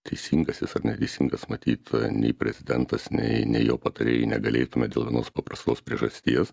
teisingas jis ar neteisingas matyt nei prezidentasnei nei jo patarėjai negalėtume dėl vienos paprastos priežasties